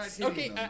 Okay